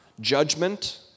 judgment